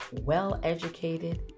well-educated